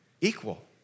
Equal